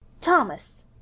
Thomas